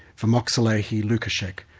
vimoksalehi lukoschek,